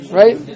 right